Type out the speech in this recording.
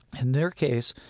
in their case,